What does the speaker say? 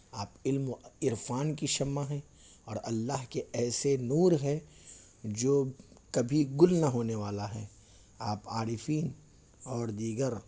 آپ علم و عرفان کی شمع ہیں اور اللہ کے ایسے نور ہیں جو کبھی گل نہ ہونے والا ہے آپ عارفین اور دیگر